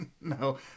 no